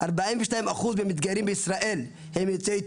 42% מהמתגיירים בישראל הם יוצאי אתיופיה,